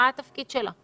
מה התפקיד שלה?